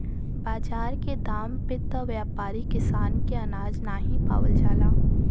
बाजार के दाम पे त व्यापारी किसान के अनाज नाहीं लेवलन